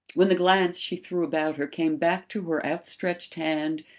when the glance she threw about her came back to her outstretched hand,